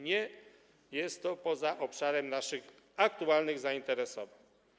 Nie jest to poza obszarem naszych aktualnych zainteresowań.